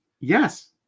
Yes